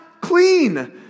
clean